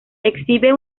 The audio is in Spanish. exhibe